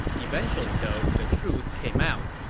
eventually though, the truth came out,